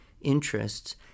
interests